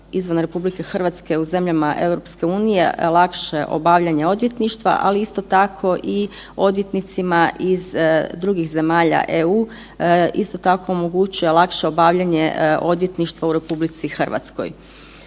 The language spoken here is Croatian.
izvan RH u zemljama EU lakše obavljanje odvjetništva, ali isto tako i odvjetnicima iz drugih zemalja EU, isto tako lakše omogućuje obavljanje odvjetništvo u RH. Ono što